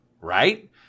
right